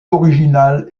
original